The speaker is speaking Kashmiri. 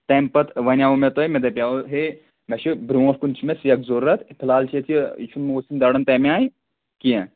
تَمہِ پَتہٕ وَنیٛاو مےٚ تۄہہِ مےٚ دَپیٛاو ہے مےٚ چھُ برونٛٹھ کُن چھِ مےٚ سیٚکھ ضروٗرَت فِل حال چھِ ییٚتہِ یہِ چھُنہٕ موسم دَران تَمہِ آے کینٛہہ